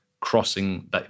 crossing